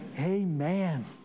Amen